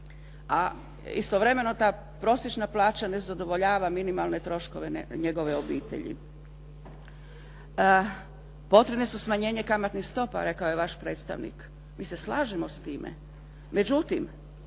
a istovremeno ta prosječna plaća ne zadovoljava minimalne troškove njegove obitelji. Potrebna su smanjenja kamatnih stopa, rekao je vaš predstavnik. Mi se slažemo s time.